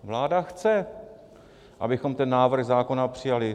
Vláda chce, abychom ten návrh zákona přijali.